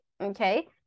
Okay